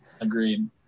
Agreed